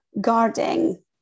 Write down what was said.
guarding